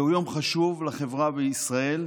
זהו יום חשוב לחברה בישראל,